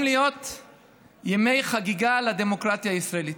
להיות ימי חגיגה לדמוקרטיה הישראלית.